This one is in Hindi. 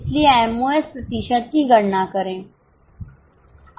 इसलिए एमओएस प्रतिशत की गणना करें